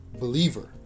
believer